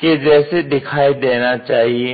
के जैसे दिखाई देना चाहिए